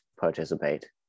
participate